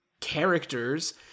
characters